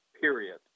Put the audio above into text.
period